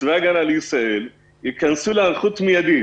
צבא ההגנה לישראל ייכנס להיערכות מידית